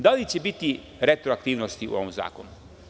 Da li će biti retroaktivnosti u ovom zakonu?